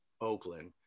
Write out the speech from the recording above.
Oakland